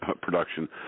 production